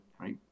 right